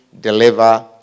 deliver